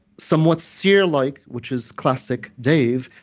somewhat seer-like, which is classic dave,